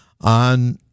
on